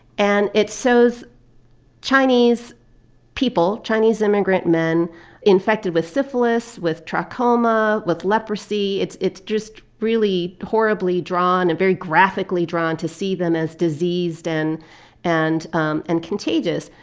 and it shows chinese people chinese immigrant men infected with syphilis, with trachoma, with leprosy. it's it's just really horribly drawn and very graphically drawn to see them as diseased and and um and contagious.